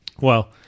Well-